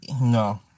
No